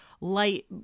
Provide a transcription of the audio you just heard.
light